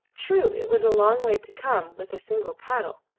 true, it was a long way to come with a single paddle.